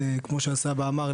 כמו שהסבא אמר,